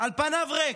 על פניו ריק,